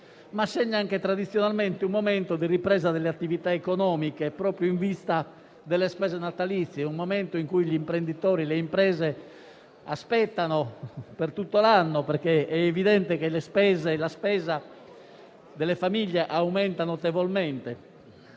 ma anche perché tradizionalmente vede una ripresa delle attività economiche proprio in vista delle spese natalizie: è un momento che gli imprenditori e le imprese aspettano per tutto l'anno, perché è evidente che la spesa delle famiglie aumenta notevolmente.